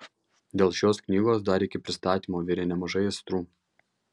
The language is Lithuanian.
dėl šios knygos dar iki pristatymo virė nemažai aistrų